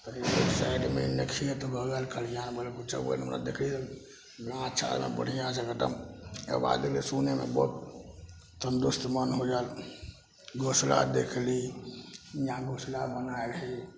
साइडमे देखियौ तऽ बगल किछो हमरा देखैमे अच्छा बढ़िआँ जगह एकदम आवाज अयलै सुनैमे तन्दरुस्त मन हो जाइ घोसला देखली इहाँ घोसला बनायल हइ